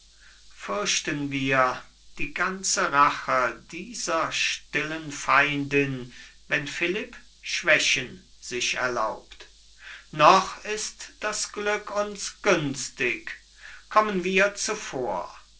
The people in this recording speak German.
fürchten wir die ganze rache dieser stillen feindin wenn philipp schwächen sich erlaubt noch ist das glück uns günstig kommen wir zuvor